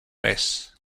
mess